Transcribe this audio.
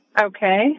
okay